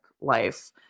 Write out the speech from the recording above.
life